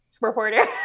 reporter